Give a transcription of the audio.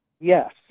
Yes